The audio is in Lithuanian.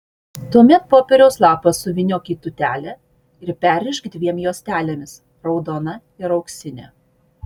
tuomet popieriaus lapą suvyniok į tūtelę ir perrišk dviem juostelėmis raudona ir auksine